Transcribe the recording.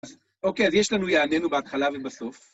אוקיי, אז יש לנו יעדינו בהתחלה ובסוף.